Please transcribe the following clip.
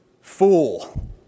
Fool